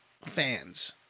fans